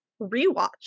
rewatch